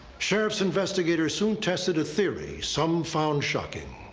sheriff's investigators soon tested a theory some found shocking.